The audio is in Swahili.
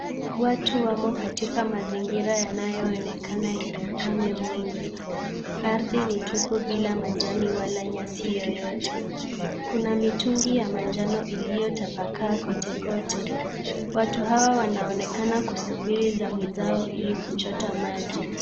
Watu wamo katika mazingira yanayoonekana yenye ukame mwingi. Ardhi ni tupu bila majani wala nyasi yoyote. Kuna mitungi ya manjano iliyotapakaa kote kote. Watu hawa wanaonekana kusubiri zamu zao ili kuchota maji.